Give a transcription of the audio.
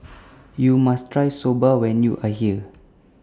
YOU must Try Soba when YOU Are here